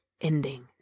ending